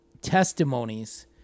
testimonies